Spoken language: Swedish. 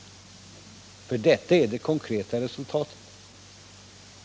Detta är nämligen det konkreta resultatet.